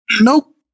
Nope